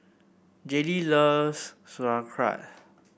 Jaylee loves Sauerkraut